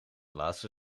laatste